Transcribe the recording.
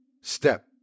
step